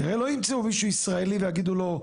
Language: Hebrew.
כי הרי לא ימצאו מישהו ישראלי ויגידו לו,